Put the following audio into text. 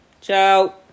Ciao